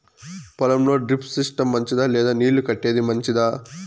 పొలం లో drip system మంచిదా లేదా నీళ్లు కట్టేది మంచిదా?